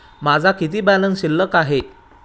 माझा किती बॅलन्स शिल्लक आहे?